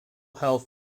health